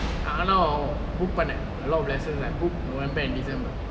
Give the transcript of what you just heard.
நானும்:naanum book பண்ணேண்:pannen lot of lessons I book november and december